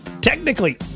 technically